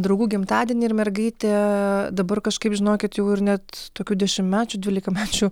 draugų gimtadienį ir mergaitė dabar kažkaip žinokit jau ir net tokių dešimtmečių dvylikamečių